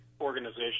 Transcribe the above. organization